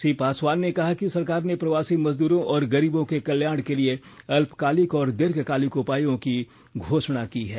श्री पासवान ने कल कहा कि सरकार ने प्रवासी मजदूरों और गरीबों के कल्याण के लिए अल्पकालिक और दीर्घकालिक उपायों की घोषणा की है